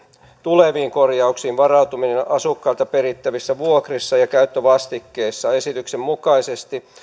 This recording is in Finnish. tuleviin korjauksiin varautuminen asukkailta perittävissä vuokrissa ja käyttövastikkeissa esityksen mukaisesti